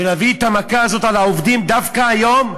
ולהביא את המכה הזאת על העובדים דווקא היום?